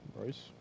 Bryce